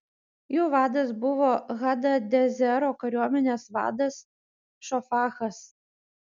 jų vadas buvo hadadezero kariuomenės vadas šofachas